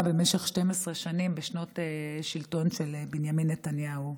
במשך 12 שנים בשנות השלטון של בנימין נתניהו.